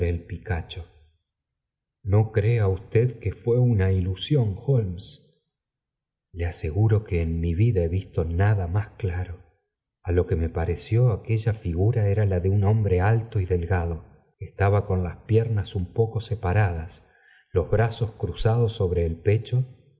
picaoho no crea usted que fué una ilusión holmes le aseguro que en mi vida he visto nada más claro a lo que me pareció aquella figura era la de un hombre alto y delgado estaba con las piernas un poco separadas los brazos cruzados sobre el pecho